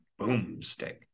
boomstick